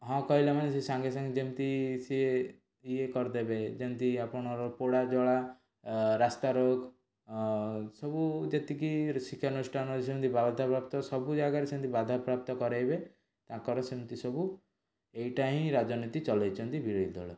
ହଁ କହିଲାମାନେ ସିଏ ସାଙ୍ଗେସାଙ୍ଗେ ଯେମତି ସିଏ ଇଏ କରିଦେବେ ଯେମିତି ଆପଣଙ୍କର ପୋଡ଼ା ଜଳା ଏ ରାସ୍ତାରୋକ ସବୁ ଯେତିକି ଶିକ୍ଷାନୁଷ୍ଠାନ ଅଛନ୍ତି ବାଧାପ୍ରାପ୍ତ ସବୁ ଜାଗାରେ ସେମିତି ବାଧାପ୍ରାପ୍ତ କରେଇବେ ତାଙ୍କର ସେମିତି ସବୁ ଏଇଟା ହିଁ ରାଜନୀତି ଚଲେଇଛନ୍ତି ବିରୋଧି ଦଳ